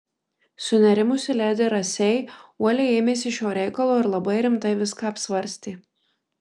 sunerimusi ledi rasei uoliai ėmėsi šio reikalo ir labai rimtai viską apsvarstė